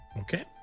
Okay